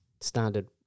standard